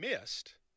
missed